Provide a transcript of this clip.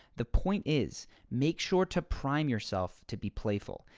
the point is, make sure to prime yourself to be playful.